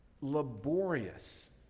Laborious